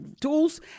tools